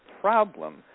problem